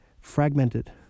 fragmented